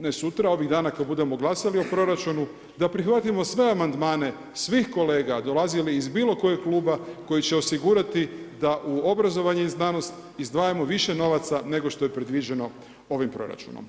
ne sutra, ovih dana kad budemo glasali o proračunu, da prihvatili sve amandmane, svih kolega, dolazili iz bilo kojeg kluba koji će osigurati da u obrazovanje i znanost, izdvajamo više novaca, nego što je predviđeno ovim proračunom.